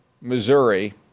Missouri